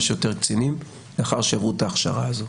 שיותר קצינים לאחר שעברו את ההכשרה הזו.